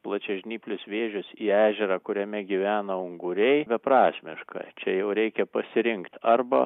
plačiažnyplius vėžius į ežerą kuriame gyvena unguriai beprasmiška čia jau reikia pasirinkt arba